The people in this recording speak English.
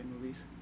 movies